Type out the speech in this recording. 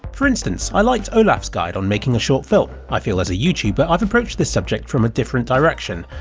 for instance, i liked olaf's guide on making a short film i feel as a youtuber i've approached this subject from a different direction,